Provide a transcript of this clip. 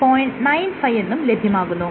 95 എന്നും ലഭ്യമാകുന്നു